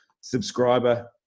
subscriber